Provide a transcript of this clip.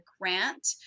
grant